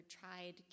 tried